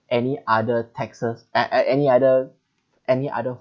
any other taxes an~ and any other any other